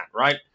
right